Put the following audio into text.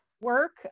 work